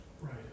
Right